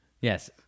Yes